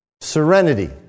Serenity